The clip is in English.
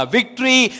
Victory